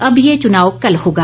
अब ये चुनाव कल होगा